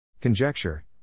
Conjecture